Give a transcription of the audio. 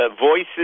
voices